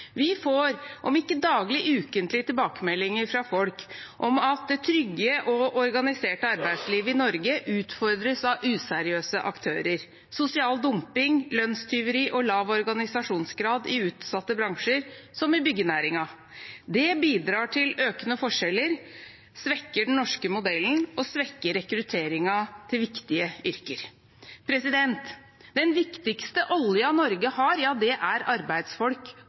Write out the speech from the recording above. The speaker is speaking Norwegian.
Vi får – om ikke daglig, så ukentlig – tilbakemeldinger fra folk om at det trygge og organiserte arbeidslivet i Norge utfordres av useriøse aktører, sosial dumping, lønnstyveri og lav organisasjonsgrad i utsatte bransjer, som i byggenæringen. Det bidrar til økende forskjeller, svekker den norske modellen og svekker rekrutteringen til viktige yrker. Den viktigste oljen Norge har, er arbeidsfolk